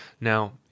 now